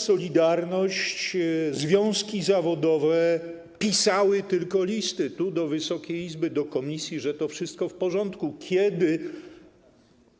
Solidarność˝ zdradziła, związki zawodowe pisały tylko listy, pisały tu, do Wysokiej Izby, do komisji, że to wszystko w porządku, kiedy